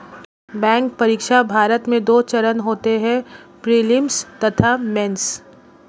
bank परीक्षा, भारत में दो चरण होते हैं प्रीलिम्स तथा मेंस